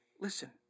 Listen